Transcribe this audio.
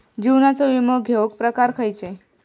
जीवनाचो विमो घेऊक प्रकार खैचे?